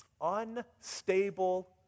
unstable